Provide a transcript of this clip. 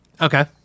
Okay